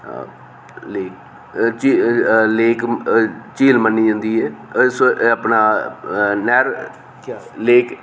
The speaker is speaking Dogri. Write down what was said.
ल लेक झील लेक झील मन्नी जंदी ऐ एह् स एह् अपना नैह्र केह् आखदे लेक